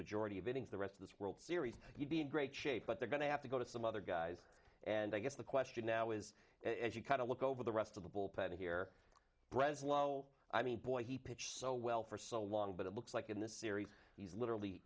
majority of innings the rest of this world series he'd be in great shape but they're going to have to go to some other guys and i guess the question now is as you cut a look over the rest of the bullpen here brad lowell i mean boy he pitch so well for so long but it looks like in the series he's literally